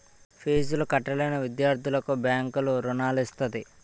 ఫీజులు కట్టలేని విద్యార్థులకు బ్యాంకు రుణాలు ఇస్తది